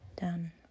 Done